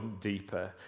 deeper